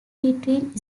between